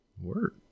Word